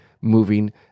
moving